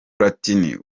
platini